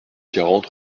quarante